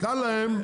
קל להם.